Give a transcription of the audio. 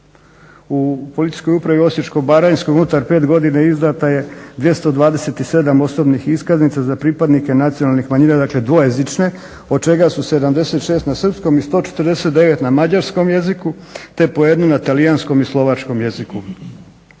U Policijskoj upravi Osječko-baranjskoj unutar 5 godina izdata je 227 osobnih iskaznica za pripadnike nacionalnih manjina, dakle dvojezične od čega su 76 na srpskom i 149 na mađarskom jeziku, te po jednu na talijanskom i slovačkom jeziku.